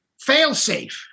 Failsafe